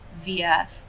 via